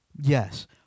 Yes